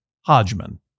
Hodgman